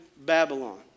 Babylon